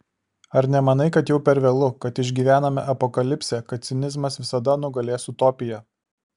ar nemanai kad jau per vėlu kad išgyvename apokalipsę kad cinizmas visada nugalės utopiją